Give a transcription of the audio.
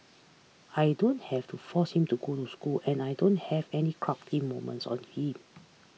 I don't have to force him to go to school and I don't have any cranky moments him